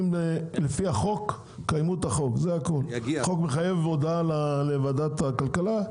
תקיימו את החוק; החוק מחייב הודעה לוועדת הכלכלה.